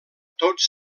tots